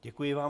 Děkuji vám.